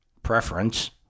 Preference